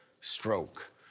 stroke